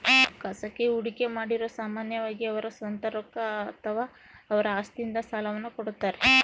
ಖಾಸಗಿ ಹೂಡಿಕೆಮಾಡಿರು ಸಾಮಾನ್ಯವಾಗಿ ಅವರ ಸ್ವಂತ ರೊಕ್ಕ ಅಥವಾ ಅವರ ಆಸ್ತಿಯಿಂದ ಸಾಲವನ್ನು ಕೊಡುತ್ತಾರ